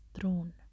throne